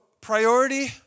priority